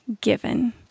given